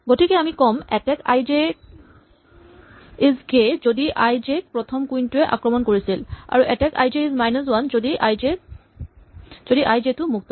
গতিকে আমি ক'ম attack I J is K যদি আই জে ক প্ৰথম কুইন কে এ আক্ৰমণ কৰিছিল আৰু attack I J is minus one যদি আই জে টো মুক্ত